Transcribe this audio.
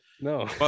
No